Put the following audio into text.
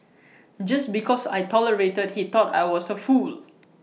just because I tolerated he thought I was A fool